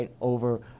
over